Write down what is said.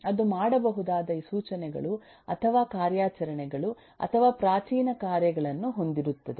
ಅದು ಮಾಡಬಹುದಾದ ಸೂಚನೆಗಳು ಅಥವಾ ಕಾರ್ಯಾಚರಣೆಗಳು ಅಥವಾ ಪ್ರಾಚೀನ ಕಾರ್ಯಗಳನ್ನು ಹೊಂದಿರುತ್ತದೆ